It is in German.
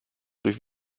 durch